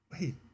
wait